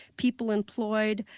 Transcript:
people employed,